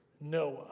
Noah